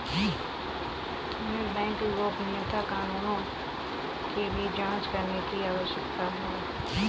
हमें बैंक गोपनीयता कानूनों की भी जांच करने की आवश्यकता है